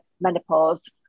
menopause